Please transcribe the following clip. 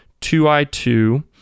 2i2